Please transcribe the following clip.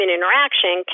interaction